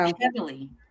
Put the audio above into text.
heavily